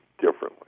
differently